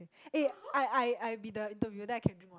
eh I I I be the interview then I can drink water